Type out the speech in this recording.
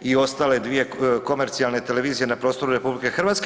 i ostale dvije komercijalne televizije na prostoru RH.